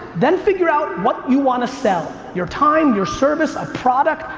then figure out what you want to sell. your time, your service, a product,